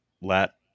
lat